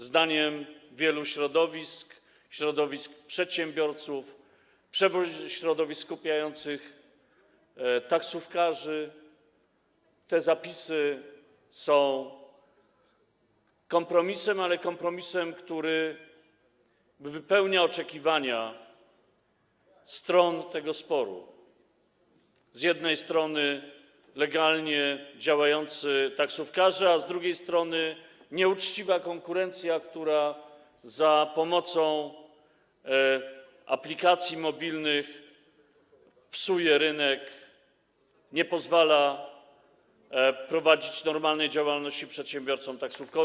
Zdaniem wielu środowisk, środowisk przedsiębiorców, środowisk skupiających taksówkarzy, te zapisy są kompromisem, ale kompromisem, który zaspokaja oczekiwania stron tego sporu - z jednej strony legalnie działający taksówkarze, a z drugiej strony nieuczciwa konkurencja, która za pomocą aplikacji mobilnych psuje rynek, nie pozwala prowadzić normalnej działalności przedsiębiorcom taksówkowym.